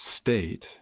state